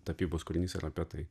tapybos kūrinys yra apie tai